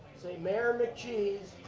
say mayor mccheese.